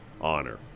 honor